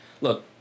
look